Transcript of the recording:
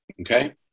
Okay